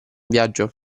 viaggio